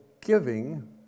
giving